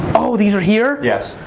oh, these are here? yes.